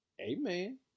amen